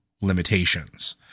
limitations